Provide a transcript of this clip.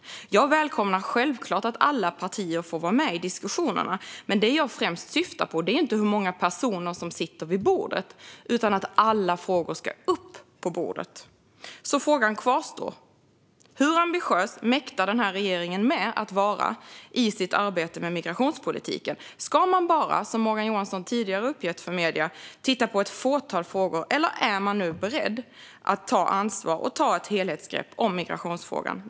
Jag välkomnar självklart att alla partier får vara med i diskussionerna, men det jag främst syftar på är inte hur många personer som sitter vid bordet utan på att alla frågor ska upp på bordet. Frågorna kvarstår: Hur ambitiös mäktar regeringen med att vara i sitt arbete med migrationspolitiken? Ska man bara, som Morgan Johansson tidigare har uppgivit för medierna, titta på ett fåtal frågor, eller är man nu beredd att ta ansvar och ta ett helhetsgrepp om migrationsfrågan?